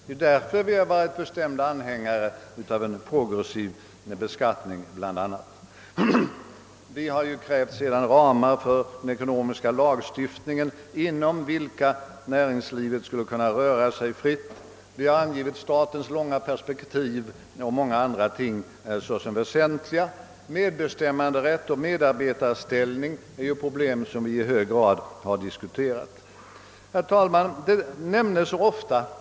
Därför har vi bl.a. varit bestämda anhängare av den progressiva beskattningen. Vi har dessutom krävt ramar för den ekonomiska lagstiftningen inom vilka näringslivet skulle kunna röra sig fritt. Vi har angivit statens långa perspektiv och många andra ting såsom väsentliga. Medbestämmanderätt och medarbetarställning är också problem som vi diskuterat i stor utsträckning. Herr talman!